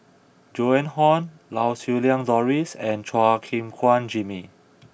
Joan Hon Lau Siew Lang Doris and Chua Gim Guan Jimmy